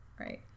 Right